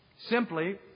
Simply